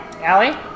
Allie